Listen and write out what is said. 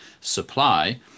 supply